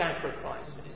sacrifices